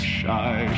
shy